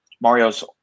Mario's